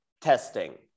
testing